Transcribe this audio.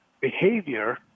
behavior